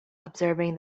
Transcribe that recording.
observing